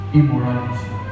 immorality